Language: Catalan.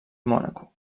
mònaco